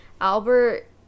Albert